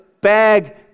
bag